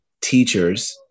teachers